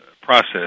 process